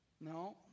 No